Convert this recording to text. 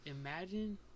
Imagine